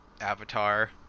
Avatar